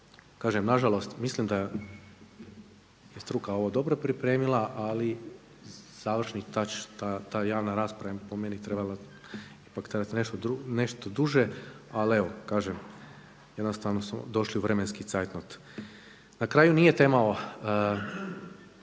Kažem na žalost. Mislim da je struka ovo dobro pripremila, ali završni tach ta javna rasprava je po meni trebala, ipak trajati nešto duže. Ali evo, kažem jednostavno smo došli u vremenski zeit not. Na kraju nije tema ove